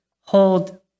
hold